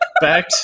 Back